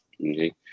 Okay